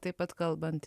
taip pat kalbant